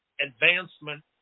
advancement